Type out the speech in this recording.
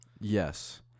Yes